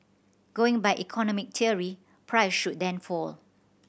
going by economic theory price should then fall